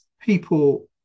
People